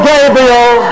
Gabriel